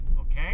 okay